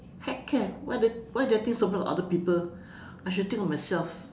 heck care why why do I think so much of other people I should think of myself